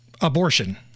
Abortion